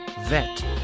Vet